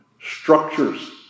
structures